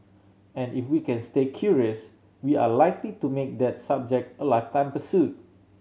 and if we can stay curious we are likely to make that subject a lifetime pursuit